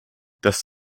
das